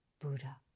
Buddha